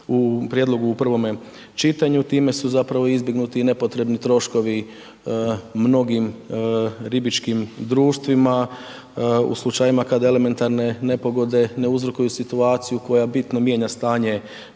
u prijedlogu u prvome čitanju. Time su zapravo izbjegnuti i nepotrebni troškovi mnogim ribičkim društvima u slučajima kad elementarne nepogode ne uzrokuju situaciju koja bitno mijenja stanje